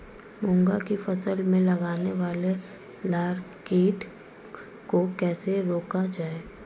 मूंग की फसल में लगने वाले लार कीट को कैसे रोका जाए?